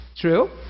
true